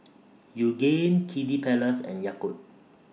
Yoogane Kiddy Palace and Yakult